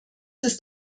ist